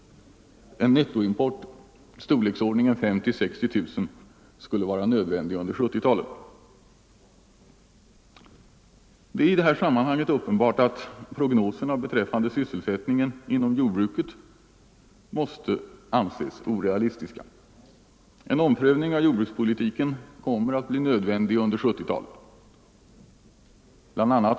En nettoimport i storleksordningen 50 000-60 000 människor skulle vara nödvändig under 1970-talet. Det är i detta sammanhang uppenbart att prognoserna beträffande sysselsättningen inom jordbruket måste anses orealistiska. En omprövning av jordbrukspolitiken kommer att bli nödvändig under 1970-talet. Bl.